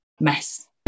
mess